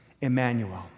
Emmanuel